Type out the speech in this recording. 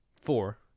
Four